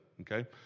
okay